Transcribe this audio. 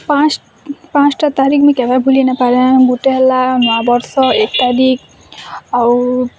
ପାଞ୍ଚ ପାଞ୍ଚଟା ତାରିଖ୍ ମୁଇଁ କେବେ ଭୁଲି ନେଇଁ ପାରେ ଗୁଟେ ହେଲା ନୂଆଁବର୍ଷ ଏକାଧିକ୍ ଆଉ